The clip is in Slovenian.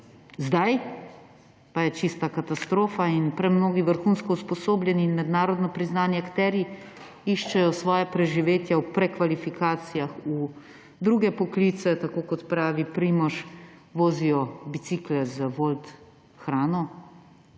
Zdaj pa je čista katastrofa in premnogi vrhunsko usposobljeni ter mednarodno priznani akterji iščejo svoje preživetje v prekvalifikacijah v druge poklice, tako kot pravi Primož, vozijo bicikle z Wolt hrano.